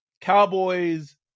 Cowboys